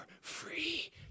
free